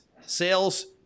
sales